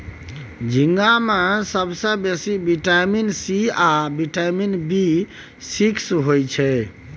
झींगा मे सबसँ बेसी बिटामिन सी आ बिटामिन बी सिक्स होइ छै